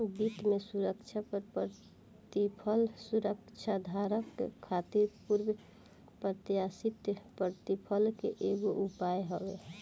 वित्त में सुरक्षा पअ प्रतिफल सुरक्षाधारक खातिर पूर्व प्रत्याशित प्रतिफल के एगो उपाय हवे